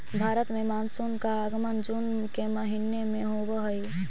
भारत में मानसून का आगमन जून के महीने में होव हई